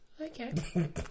Okay